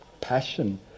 passion